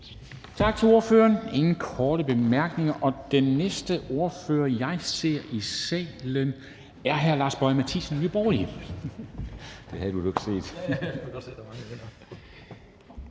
Tak til ordføreren. Der er ingen korte bemærkninger, og den næste ordfører, jeg ser i salen, er hr. Lars Boje Mathiesen, Nye Borgerlige. Kl. 13:11 (Ordfører)